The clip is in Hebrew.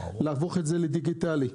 להפוך את זה לדיגיטלי.